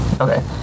Okay